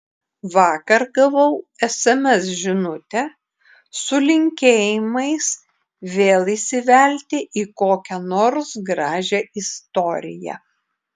vakar gavau sms žinutę su linkėjimais vėl įsivelti į kokią nors gražią istoriją